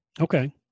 Okay